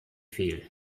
viel